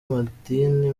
madini